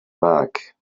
back